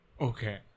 okay